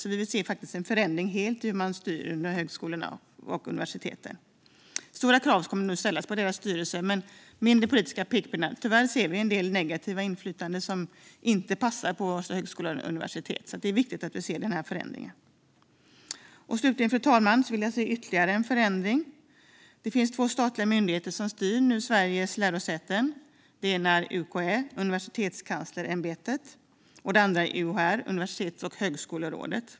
Vi vill alltså se en ordentlig förändring av hur man styr högskolor och universitet. Stora krav kommer att ställas på styrelserna, men det ska vara färre politiska pekpinnar. Tyvärr ser vi en del negativt inflytande som inte passar på högskola och universitet, så det är viktigt att vi får denna förändring. Slutligen, fru talman, vill vi se ytterligare en förändring. Det finns två statliga myndigheter som styr över Sveriges lärosäten. Det ena är UKÄ, Universitetskanslersämbetet, och det andra är UHR, Universitets och högskolerådet.